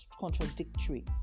contradictory